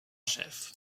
chef